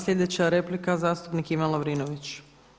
Sljedeća replika zastupnik Ivan Lovrinović.